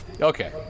Okay